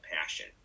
passion